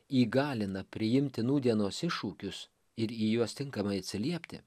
įgalina priimti nūdienos iššūkius ir į juos tinkamai atsiliepti